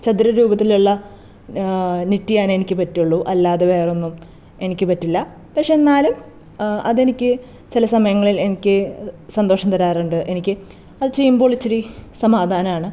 ചതുര രൂപത്തിലുള്ള നിറ്റിയാനേ എനിക്ക് പറ്റുള്ളൂ അല്ലാതെ വേറൊന്നും എനിക്ക് പറ്റില്ല പക്ഷേ എന്നാലും അതെനിക്ക് ചില സമയങ്ങളിൽ എനിക്ക് സന്തോഷം തരാറുണ്ട് എനിക്ക് അത് ചെയ്യുമ്പോൾ ഇത്തിരി സമാധാനമാണ്